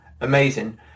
amazing